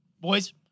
Boys